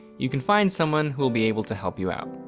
you can find someone who will be able to help you out.